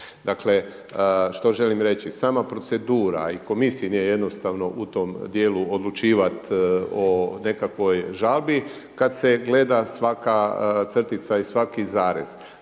Dakle, što želim reći? Sama procedura i komisiji nije jednostavno u tom dijelu odlučivati o nekakvoj žalbi kada se gleda svaka crtica i svaki zarez.